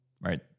right